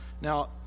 Now